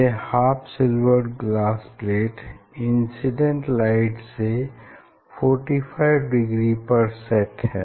यह half silvered glass plate incident light से 45 degree पर सेट है